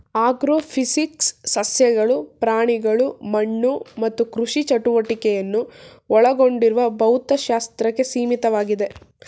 agrophysics ಸಸ್ಯಗಳು ಪ್ರಾಣಿಗಳು ಮಣ್ಣು ಮತ್ತು ಕೃಷಿ ಚಟುವಟಿಕೆಯನ್ನು ಒಳಗೊಂಡಿರುವ ಭೌತಶಾಸ್ತ್ರಕ್ಕೆ ಸೀಮಿತವಾಗಿದೆ